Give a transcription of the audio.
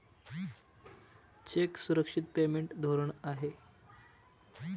check सुरक्षित payment धोरण आहे